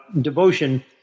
devotion